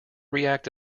react